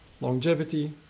longevity